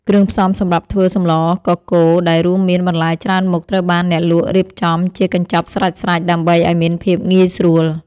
គ្រឿងផ្សំសម្រាប់ធ្វើសម្លកកូរដែលរួមមានបន្លែច្រើនមុខត្រូវបានអ្នកលក់រៀបចំជាកញ្ចប់ស្រេចៗដើម្បីឱ្យមានភាពងាយស្រួល។